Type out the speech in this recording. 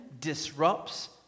disrupts